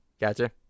Gotcha